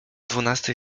dwunastej